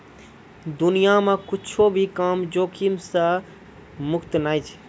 दुनिया मे कुच्छो भी काम जोखिम से मुक्त नै छै